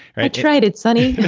i tried it, sonny.